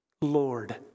Lord